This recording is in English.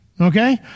Okay